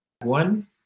one